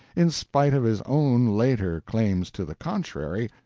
in spite of his own later claims to the contrary,